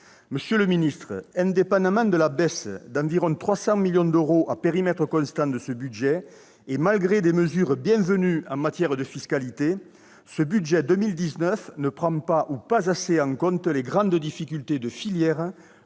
Monsieur le ministre, indépendamment de la diminution d'environ 300 millions d'euros de ses crédits, à périmètre constant, et malgré des mesures bienvenues en matière fiscale, ce budget 2019 ne prend pas, ou pas assez, en compte les grandes difficultés des filières,